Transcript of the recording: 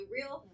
real